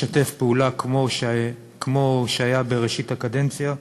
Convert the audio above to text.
לשתף פעולה, כמו שהיה בראשית הקדנציה.